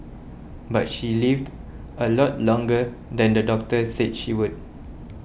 but she lived a lot longer than the doctor said she would